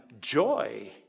joy